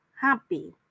happy